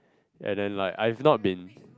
and then like I have not been